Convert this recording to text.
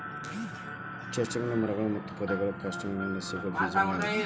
ಚೆಸ್ಟ್ನಟ್ಗಳು ಮರಗಳು ಮತ್ತು ಪೊದೆಗಳು ಕ್ಯಾಸ್ಟಾನಿಯಾಗಳಿಂದ ಸಿಗೋ ಬೇಜಗಳಗ್ಯಾವ